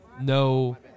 no